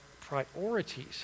priorities